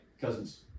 cousins